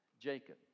Jacob